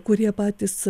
kurie patys